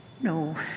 No